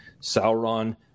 Sauron